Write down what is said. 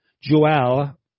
Joel